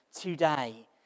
today